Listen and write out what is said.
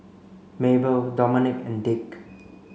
Mabelle Domonique and Dick